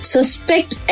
Suspect